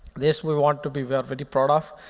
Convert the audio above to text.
this we want to be we're very proud of.